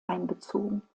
einbezogen